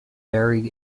varied